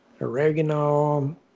oregano